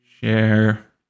Share